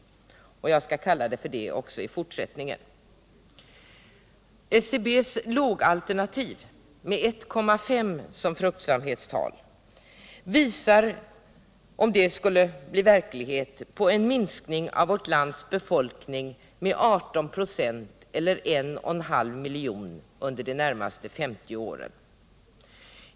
Jag skall kalla det så också i fortsättningen. SCB:s lågalternativ med 1,5 som fruktsamhetstal visar, om det skulle bli verklighet, på en minskning av vårt lands befolkning med 18 96 eller 1 1/2 miljon under de närmaste 50 åren.